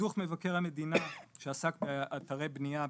בדוח מבקר המדינה שעסק באתרי בנייה,